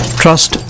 trust